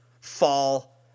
fall